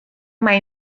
mai